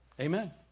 Amen